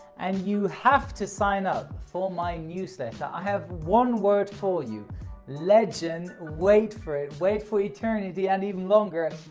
and you have to sign up for my newsletter i have one word for you legend wait for it wait for eternity and even longer.